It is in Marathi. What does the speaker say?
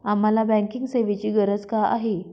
आम्हाला बँकिंग सेवेची गरज का आहे?